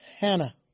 Hannah